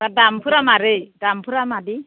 दा दामफोरा माबोरै दामफोरा माबायदि